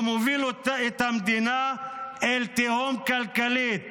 הוא מוביל את המדינה אל תהום כלכלית